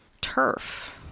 Turf